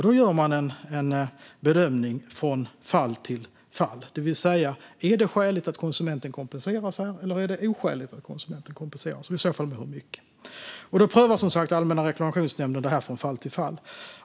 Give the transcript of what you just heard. Då görs en bedömning från fall till fall, det vill säga: Är det skäligt att konsumenten kompenseras här, och i så fall med hur mycket, eller är det oskäligt att konsumenten kompenseras? Allmänna reklamationsnämnden prövar som sagt detta från fall till fall.